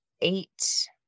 eight